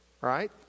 right